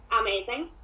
amazing